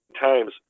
times